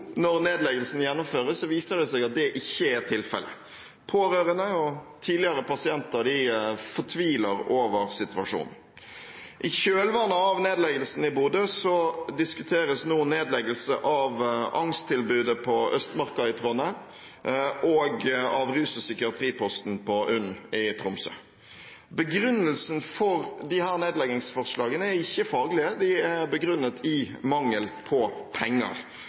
når nedleggelsen gjennomføres, viser det seg at det ikke er tilfellet. Pårørende og tidligere pasienter fortviler over situasjonen. I kjølvannet av nedleggelsen i Bodø diskuteres nå nedleggelse av tilbudet for angst- og tvangslidelser ved Østmarka i Trondheim og av rus- og psykiatriposten på UNN i Tromsø. Begrunnelsen for disse nedleggelsesforslagene er ikke faglige, de er begrunnet i mangel på penger.